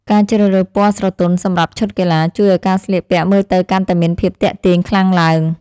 ការជ្រើសរើសពណ៌ស្រទន់សម្រាប់ឈុតកីឡា ជួយឱ្យការស្លៀកពាក់មើលទៅកាន់តែមានភាពទាក់ទាញខ្លាំងឡើង។